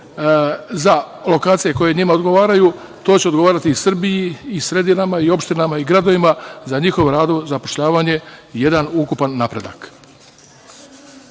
za lokacije koje njima odgovaraju. To će odgovarati Srbiji i sredina i opštinama i gradovima za zapošljavanje i jedan ukupan napredak. Što